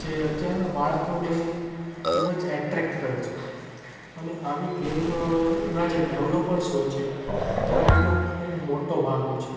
જે અત્યારના બાળકોને ખૂબ જ એટ્રેક કરે છે અને આવી ગેમ ના જે ડેવલોપર્સ હોય છે એમાં એમનો ખૂબ મોટો ભાગ હોય છે